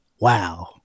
Wow